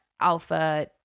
alpha